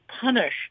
punish